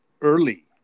early